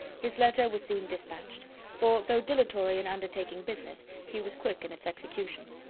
his letter was soon dispatched for, though dilatory in undertaking business, he was quick in its execution.